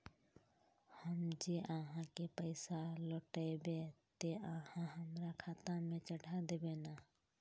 हम जे आहाँ के पैसा लौटैबे ते आहाँ हमरा खाता में चढ़ा देबे नय?